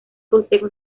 consejo